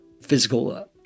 physical